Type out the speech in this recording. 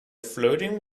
flirting